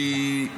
כי,